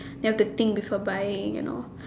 you have to think before buying you know